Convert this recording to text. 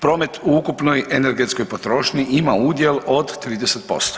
Promet u ukupnoj energetskoj potrošnji ima udjel od 30%